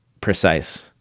precise